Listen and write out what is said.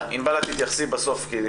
ענבל, את תתייחסי בסוף.